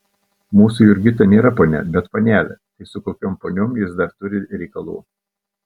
mūsų jurgita nėra ponia bet panelė tai su kokiom poniom jis dar turi reikalų